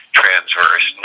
transverse